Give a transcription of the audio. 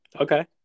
Okay